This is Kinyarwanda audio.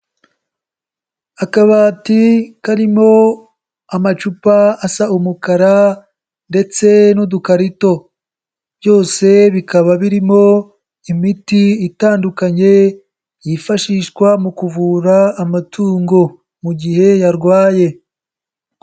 Akabati karimo amacupa asa umukara ndetse n'udukarito byose bikaba birimo imiti itandukanye yifashishwa mu kuvura amatungo mu gihe yarwaye.